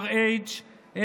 RH,